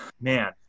Man